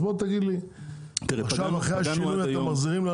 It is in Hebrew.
אז בוא תגיד לי כמה אתם מחזירים אחרי השינוי?